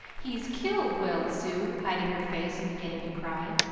he's killed! wailed sue, hiding her face and beginning to cry.